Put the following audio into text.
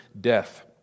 death